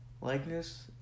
likeness